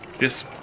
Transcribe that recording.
Yes